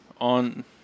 on